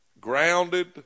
grounded